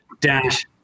Dash